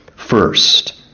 First